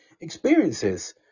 experiences